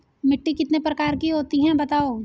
मिट्टी कितने प्रकार की होती हैं बताओ?